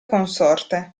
consorte